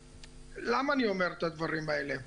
למה אני אומר את הדברים האלה?